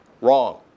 Wrong